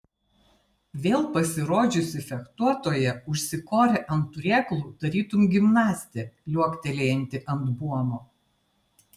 vėl pasirodžiusi fechtuotoja užsikorė ant turėklų tarytum gimnastė liuoktelėjanti ant buomo